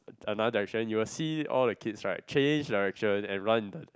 another direction you will see all the kids right change direction and run in the